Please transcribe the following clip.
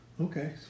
Okay